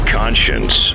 conscience